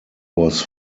was